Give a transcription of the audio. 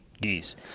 geese